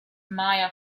maya